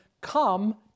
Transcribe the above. come